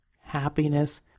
happiness